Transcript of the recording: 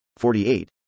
48